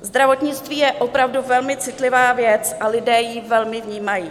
Zdravotnictví je opravdu velmi citlivá věc a lidé ji velmi vnímají.